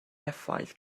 effaith